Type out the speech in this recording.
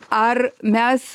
ar mes